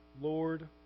Lord